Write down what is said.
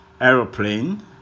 aeroplane